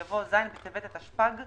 יבוא ז' בטבת התשפ"ג,